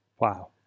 Wow